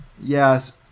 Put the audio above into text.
Yes